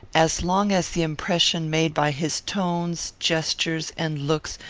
as long as the impression made by his tones, gestures, and looks,